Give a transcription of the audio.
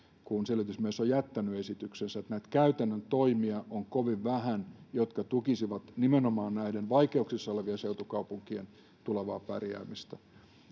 kun selvitysmies on jättänyt esityksensä eli näitä käytännön toimia on kovin vähän jotka tukisivat nimenomaan näiden vaikeuksissa olevien seutukaupunkien tulevaa pärjäämistä